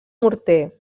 morter